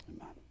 Amen